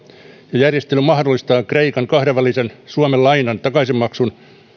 ja järjestely mahdollistaa kreikan kahdenvälisen suomen lainan takaisinmaksun